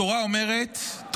התורה אומרת,